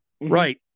Right